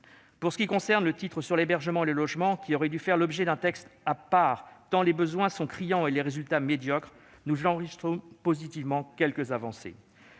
Pour ce qui concerne le titre relatif à l'hébergement et au logement, qui aurait dû faire l'objet d'un texte à part tant les besoins sont criants et les résultats médiocres, nous enregistrons positivement quelques avancées.